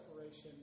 separation